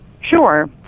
sure